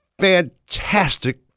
fantastic